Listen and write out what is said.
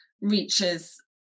reaches